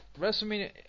WrestleMania